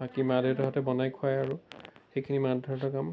বাকী মা দেউতাহঁতে বনাই খুৱায় আৰু সেইখিনি মা দেউতাহঁতৰ কাম